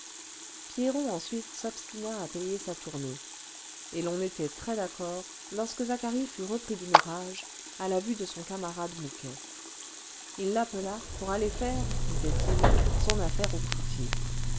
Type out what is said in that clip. pierron ensuite s'obstina à payer sa tournée et l'on était très d'accord lorsque zacharie fut repris d'une rage à la vue de son camarade mouquet il l'appela pour aller faire disait-il son affaire au cloutier